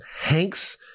Hank's